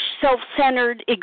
self-centered